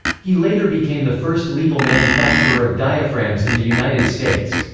he later became the first legal manufacturer of diaphragms in the united states.